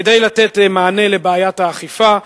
כדי לתת מענה על בעיית האכיפה,